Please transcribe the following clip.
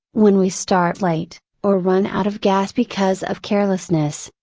when we start late, or run out of gas because of carelessness,